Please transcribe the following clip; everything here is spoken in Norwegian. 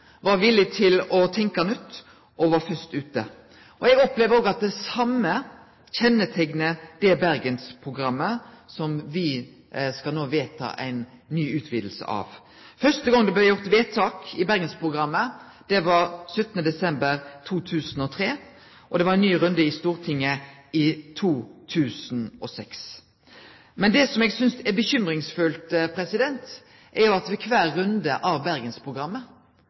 var villig til å tenkje nytt, og som var først ute. Eg opplever òg at det same kjenneteiknar Bergensprogrammet, som me no skal vedta ei ny utviding av. Første gongen det blei gjort vedtak i Bergensprogrammet, var 17. september 2003, og det var ein ny runde i Stortinget i 2006. Men det som eg synest er bekymringsfullt, er at ved kvar runde av Bergensprogrammet